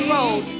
Road